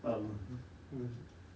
um hmm